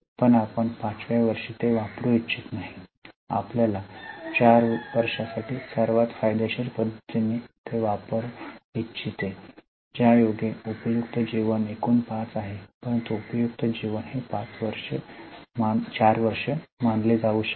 पण आपण 5 व्या वर्षी ते वापरू इच्छित नाही आपल्याला 4 वर्षांसाठी सर्वात फायदेशीर पद्धतीने ते वापरू इच्छिते ज्यायोगे उपयुक्त जीवन एकूण 5 आहे परंतु उपयुक्त जीवन 4 मानले जाऊ शकते